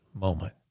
moment